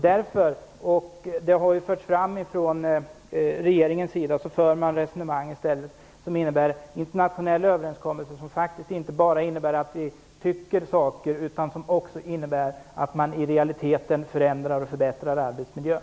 Därför, och det har förts fram från regeringens sida, för man i stället resonemang som leder till internationella överenskommelser, som faktiskt inte bara innebär att vi tycker saker, utan som också innebär att man i realiteten förändrar och förbättrar arbetsmiljön.